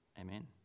Amen